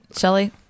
Shelly